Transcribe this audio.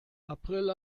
april